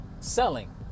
selling